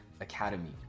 academy